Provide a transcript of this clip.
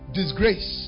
disgrace